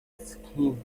skin